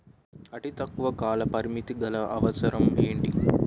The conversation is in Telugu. అతి తక్కువ కాల పరిమితి గల అవసరం ఏంటి